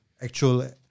actual